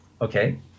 Okay